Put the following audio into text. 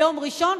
ביום ראשון,